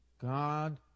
God